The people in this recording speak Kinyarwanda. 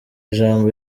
ijambo